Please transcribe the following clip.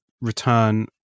return